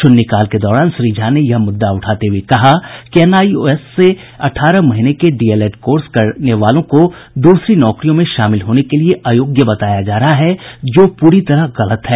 शून्यकाल के दौरान श्री झा ने यह मुद्दा उठाते हुए कहा कि एनआईओएस से अठारह महीने के डीएलएड कोर्स करने वालों को दूसरी नौकरियों में शामिल होने के लिए अयोग्य बताया जा रहा है जो पूरी तरह गलत है